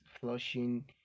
flushing